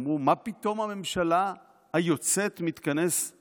אמרו: מה פתאום הממשלה היוצאת מתכנסת